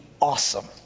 awesome